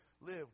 live